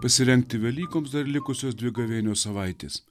pasirengti velykoms dar likusios dvi gavėnios savaitės